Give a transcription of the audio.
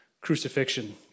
Crucifixion